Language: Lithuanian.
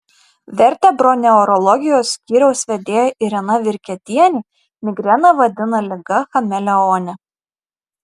vertebroneurologijos skyriaus vedėja irena virketienė migreną vadina liga chameleone